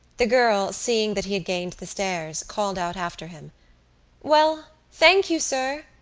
the girl, seeing that he had gained the stairs, called out after him well, thank you, sir.